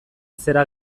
zera